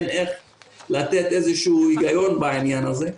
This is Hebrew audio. אין איזשהו היגיון בעניין הזה.